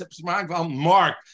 Mark